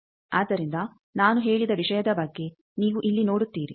ಆದ್ದರಿಂದ ನಾನು ಹೇಳಿದ ವಿಷಯದ ಬಗ್ಗೆ ನೀವು ಇಲ್ಲಿ ನೋಡುತ್ತೀರಿ